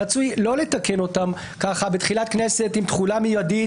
שרצוי לא לתקן אותם בתחילת כנסת עם תחולה מידית,